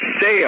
sale